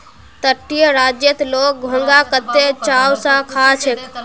तटीय राज्यत लोग घोंघा कत्ते चाव स खा छेक